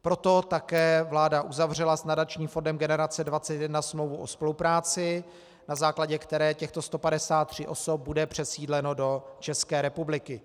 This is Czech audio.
Proto také vláda uzavřela s nadačním fondem Generace 21 smlouvu o spolupráci, na základě které těchto 153 osob bude přesídleno do České republiky.